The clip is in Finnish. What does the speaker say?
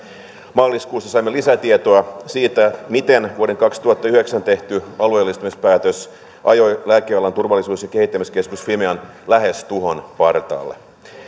maaliskuussa saimme lisätietoa siitä miten vuonna kaksituhattayhdeksän tehty alueellistamispäätös ajoi lääkealan turvallisuus ja kehittämiskeskus fimean lähes tuhon partaalle